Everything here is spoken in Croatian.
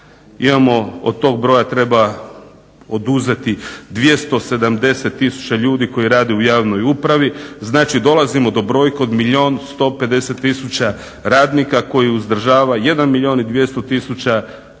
Od tog broja treba oduzeti 270 tisuća ljudi koji rade u javnoj upravi, znači dolazimo d brojke od milijun 150 tisuća radnika koji uzdržava 1 milijuna